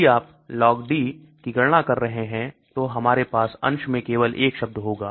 यदि आप LogD की गणना कर रहे हैं तो हमारे पास अंश में केवल एक शब्द होगा